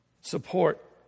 support